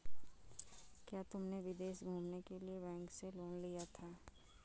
क्या तुमने विदेश घूमने के लिए बैंक से लोन लिया था?